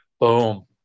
Boom